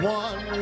one